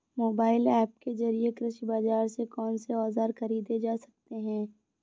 Mobile app के जरिए कृषि बाजार से कौन से औजार ख़रीदे जा सकते हैं?